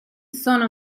sono